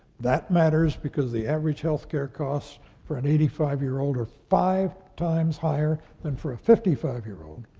that matters because the average healthcare costs for an eighty five year old are five times higher than for a fifty five year old.